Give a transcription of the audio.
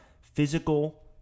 physical